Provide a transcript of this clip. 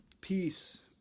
peace